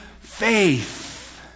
faith